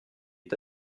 est